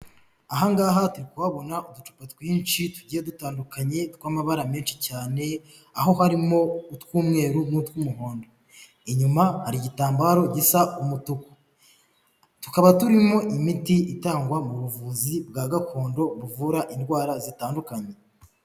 Aha ngaha turi kubona uducupa twinshi tugiye dutandukanye tw'amabara menshi cyane aho harimo utw'umweru n'utw'umuhondo, inyuma hari igitambaro gisa umutuku, tukaba turimo imiti itangwa mu buvuzi bwa gakondo buvura indwara zitandukanye.